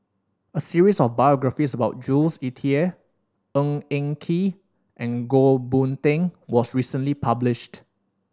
a series of biographies about Jules Itier Ng Eng Kee and Goh Boon Teck was recently published